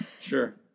Sure